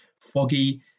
foggy